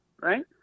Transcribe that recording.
right